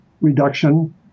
reduction